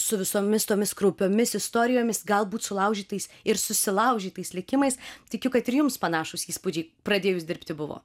su visomis tomis kraupiomis istorijomis gal sulaužytais ir susilaužytais likimais tikiu kad ir jums panašūs įspūdžiai pradėjus dirbti buvo